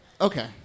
okay